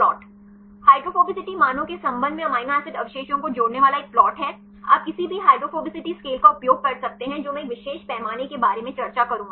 hydrophobicity मानों के संबंध में एमिनो एसिड अवशेषों को जोड़ने वाला एक प्लॉट है आप किसी भी हाइड्रोफोबिसिटी स्केल का उपयोग कर सकते हैं जो मैं एक विशेष पैमाने के बारे में चर्चा करूंगा